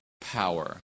power